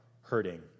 hurting